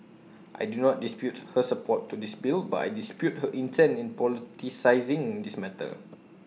I did not dispute her support to this bill but I dispute her intent in politicising this matter